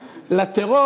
לטרור,